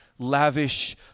lavish